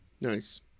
Nice